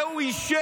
את זה הוא אישר,